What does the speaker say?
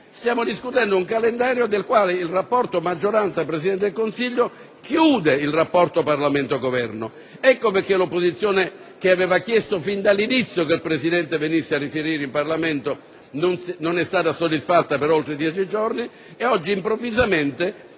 Stiamo discutendo un calendario nel quale il rapporto tra la maggioranza e il Presidente del Consiglio chiude il rapporto Parlamento-Governo. Ecco perché l'opposizione, che aveva chiesto fin dall'inizio che il Presidente venisse a riferire in Parlamento, non è stata soddisfatta per oltre dieci giorni e oggi, improvvisamente,